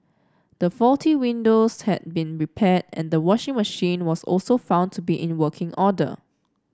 the faulty windows had been repaired and the washing machine was also found to be in working order